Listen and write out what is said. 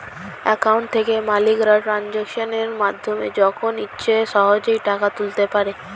account থেকে মালিকরা ট্রানজাকশনের মাধ্যমে যখন ইচ্ছে সহজেই টাকা তুলতে পারে